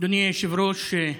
אדוני היושב-ראש,